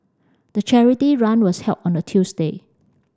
the charity run was held on the Tuesday